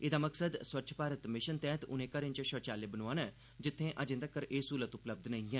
एह्दा मकसद स्वच्छ भारत मिशन तैह्त उनें घरें च शौचालय बनोआना ऐ जित्थें अजें तक्कर एह् स्हूलत उपलब्य नेई ऐ